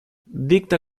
dicta